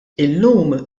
illum